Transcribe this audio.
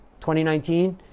2019